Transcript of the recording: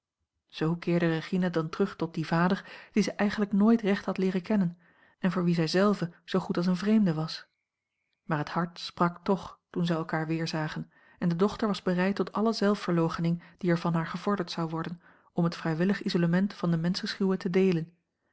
keerde regina dan terug tot dien vader dien zij eigenlijk nooit recht had leeren kennen en voor wien zij zelve zoo goed als eene vreemde was maar het hart sprak toch toen zij elkaar weerzagen en de dochter was bereid tot alle zelfverloochening die er a l g bosboom-toussaint langs een omweg van haar gevorderd zon worden om het vrijwillig isolement van den menschenschuwe te deelen